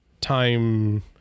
time